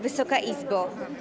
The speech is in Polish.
Wysoka Izbo!